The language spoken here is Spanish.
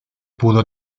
pudo